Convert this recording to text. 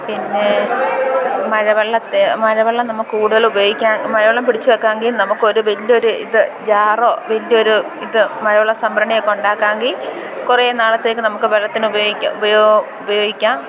പിന്നെ മഴവെള്ളം മഴവെള്ളം നമക്ക് കൂടുതലുപയോഗിക്കാന് മഴവെള്ളം പിടിച്ച് വെക്കാമെങ്കിൽ നമുക്കൊരു വലിയ ഒരു ഇത് ജാറോ വലിയ ഒരു ഇത് മഴവെള്ള സംഭരണിയൊക്കെ ഉണ്ടാക്കാമെങ്കിൽ കുറെ നാളത്തേക്ക് നമുക്ക് വെള്ളത്തിന് ഉപയോഗിക്കാം ഉപയോഗിക്കാം